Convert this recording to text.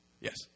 Yes